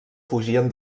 fugien